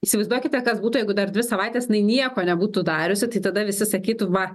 įsivaizduokite kas būtų jeigu dar dvi savaites jinai nieko nebūtų dariusi tai tada visi sakytų va